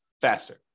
faster